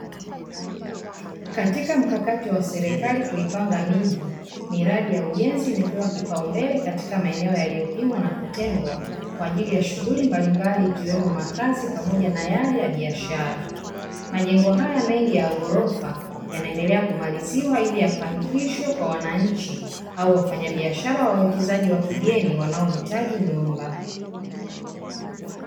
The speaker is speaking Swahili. Katika mkakati wa serikali kuipanga miji, miradi ya ujenzi imepewa kipaumbele katika maeneo yaliyopimwa na kutengwa kwa ajili ya shughuli mbalimbali ikiwemo makazi pamoja na yale ya biashara. Majengo haya mengi ya ghorofa yanaendelea kumaliziwa ili yapangishwe kwa wananchi au wafanyabiashara wawekezaji wa kigeni wanaohitaji nyumba.